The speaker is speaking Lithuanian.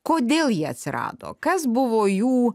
kodėl jie atsirado kas buvo jų